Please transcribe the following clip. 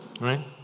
Right